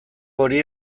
hori